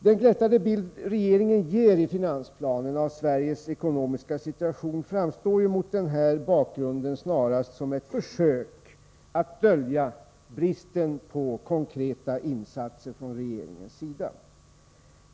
Den glättade bild regeringen ger i finansplanen av Sveriges ekonomiska situation framstår mot denna bakgrund snarast som ett försök att dölja bristen på konkreta insatser från regeringens sida.